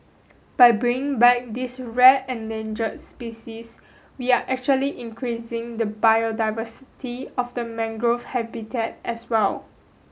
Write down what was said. by bringing back this rare endangered species we are actually increasing the biodiversity of the mangrove habitat as well